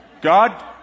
God